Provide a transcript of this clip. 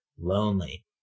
lonely